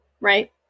Right